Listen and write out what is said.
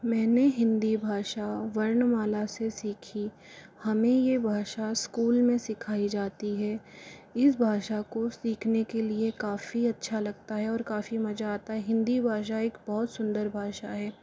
मैंने हिंदी भाषा वर्णमाला से सीखी हमें ये भाषा स्कूल में सिखाई जाती है इस भाषा को सीखने के लिए काफ़ी अच्छा लगता है और काफ़ी मज़ा आता है हिंदी भाषा एक बहुत सुंदर भाषा है